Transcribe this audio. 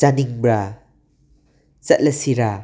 ꯆꯥꯅꯤꯡꯕ꯭ꯔꯥ ꯆꯠꯂꯁꯤꯔꯥ